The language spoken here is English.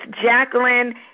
Jacqueline